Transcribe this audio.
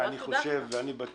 אני בטוח שזה